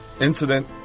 incident